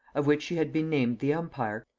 of which she had been named the umpire,